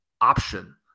option